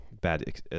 bad